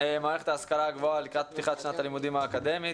מערכת ההשכלה הגבוהה לקראת פתיחת שנת הלימודים האקדמית